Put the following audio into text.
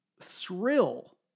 thrill